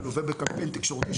מלווה בקמפיין תקשורתי,